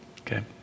okay